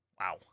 Wow